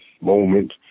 moment